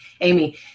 Amy